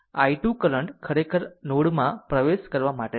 આ i 2 current ખરેખર આ નોડ માં પ્રવેશ કરવા માટે છે